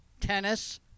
tennis